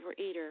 overeater